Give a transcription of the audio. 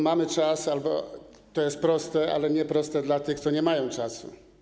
Mamy czas i to jest proste, ale nie jest proste dla tych, co nie mają czasu.